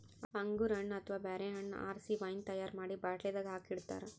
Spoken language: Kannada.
ಅಂಗೂರ್ ಹಣ್ಣ್ ಅಥವಾ ಬ್ಯಾರೆ ಹಣ್ಣ್ ಆರಸಿ ವೈನ್ ತೈಯಾರ್ ಮಾಡಿ ಬಾಟ್ಲಿದಾಗ್ ಹಾಕಿ ಇಡ್ತಾರ